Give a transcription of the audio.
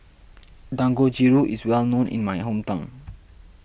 Dangojiru is well known in my hometown